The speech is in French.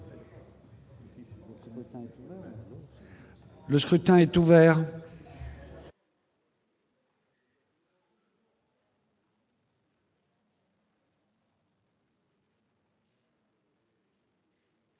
Le scrutin est ouvert.